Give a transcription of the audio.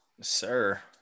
sir